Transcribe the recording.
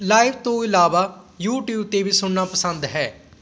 live ਤੋਂ ਇਲਾਵਾ YouTube 'ਤੇ ਵੀ ਸੁਣਨਾ ਪਸੰਦ ਹੈ